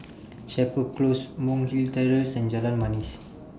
Chapel Close Monk's Hill Terrace and Jalan Manis